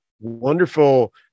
Wonderful